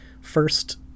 First